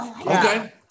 Okay